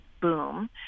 boom